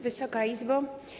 Wysoka Izbo!